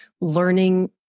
learning